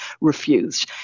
refused